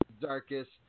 darkest